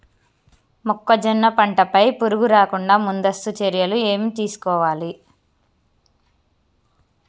మొక్కజొన్న పంట పై పురుగు రాకుండా ముందస్తు చర్యలు ఏం తీసుకోవాలి?